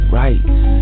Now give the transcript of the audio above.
rights